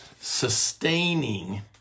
sustaining